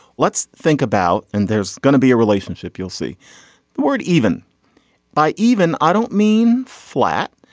let's think about and there's gonna be a relationship you'll see the word even by even i don't mean flat.